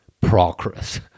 progress